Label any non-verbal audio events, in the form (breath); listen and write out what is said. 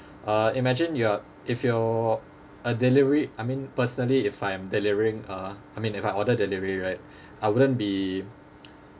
uh imagine you are if you're a delivery I mean personally if I'm delivering uh I mean if I order delivery right (breath) I wouldn't be (noise)